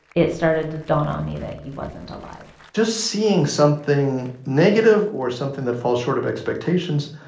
it started to dawn on me that he wasn't alive just seeing something negative or something that falls short of expectations,